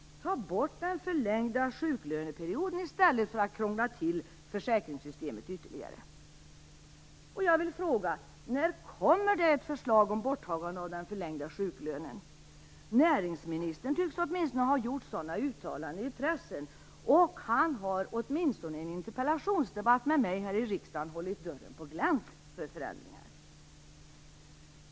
Ta bort den förlängda sjuklöneperioden i stället för att krångla till försäkringssystemet ytterligare! Jag vill fråga: När kommer det ett förslag om borttagande av den förlängda sjuklönen? Näringsministern tycks ha gjort sådana uttalanden i pressen. Han har åtminstone i en interpellationsdebatt med mig här i riksdagen hållit dörren på glänt för förändringar.